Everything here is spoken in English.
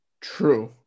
True